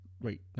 Wait